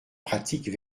pratiques